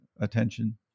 attention